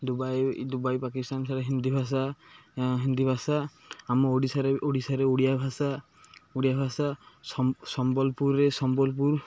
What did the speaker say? Dubai Dubai Pakistan Hindi ଭାଷା ହିନ୍ଦୀ ଭାଷା ଆମ ଓଡ଼ିଶାରେ ଓଡ଼ିଶାରେ ଓଡ଼ିଆ ଭାଷା ଓଡ଼ିଆ ଭାଷା ସମ୍ବଲପୁରରେ ସମ୍ବଲପୁର